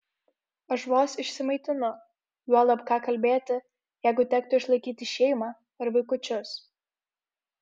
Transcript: aš vos išsimaitinu juolab ką kalbėti jeigu tektų išlaikyti šeimą ir vaikučius